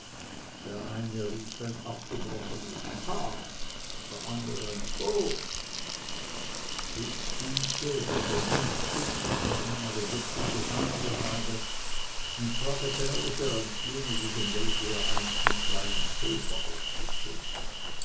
der eine rief ein abgebrochenes ha der andere ein ho fritz fühlte daß er jetzt zum ersten male wirkliche feinde habe und zwar gefährlicher als jene gegen welche er einst mit blei und pulver ausgezogen